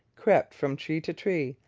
crept from tree to tree,